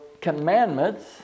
commandments